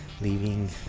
leaving